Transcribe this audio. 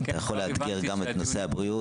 אתה יכול לאתגר גם את נושא הבריאות.